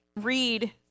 read